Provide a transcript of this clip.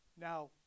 Now